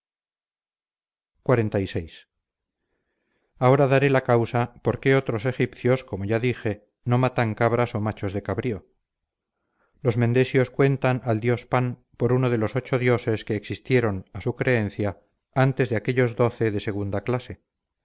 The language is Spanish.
héroes xlvi ahora dará la causa por qué otros egipcios como ya dije no matan cabras o machos de cabrío los mendesios cuentan al dios pan por uno de los ochos dioses que existieron a su creencia antes de aquellos doce de segunda clase